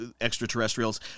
extraterrestrials